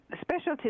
specialty